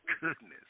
Goodness